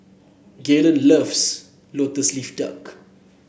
Galen loves lotus leaf duck